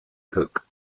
cook